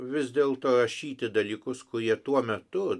vis dėlto rašyti dalykus kurie tuo metu